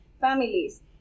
families